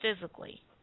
physically